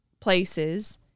places